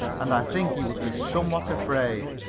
and i think he would be somewhat afraid.